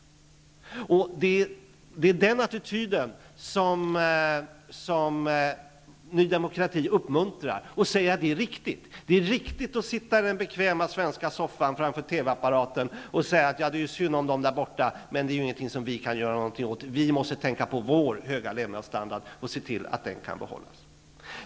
Den attityden uppmuntrar Ny demokrati och säger att det är riktigt att sitta i den bekväma svenska soffan framför TV-apparaten och säga: Det är ju synd om dem där borta, men det är ingenting som vi kan göra någonting åt -- vi måste tänka på vår höga levnadsstandard och se till att den kan behållas.